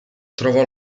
trovò